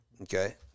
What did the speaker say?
okay